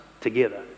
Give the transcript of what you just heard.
together